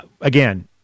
Again